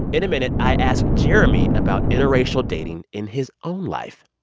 in a minute, i ask jeremy about interracial dating in his own life.